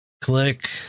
click